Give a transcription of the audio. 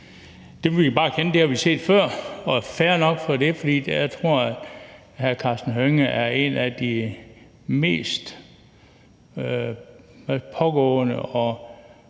vi har set det før, og det er fair nok, for jeg tror, at hr. Karsten Hønge er en af de mest pågående og